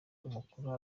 umukuru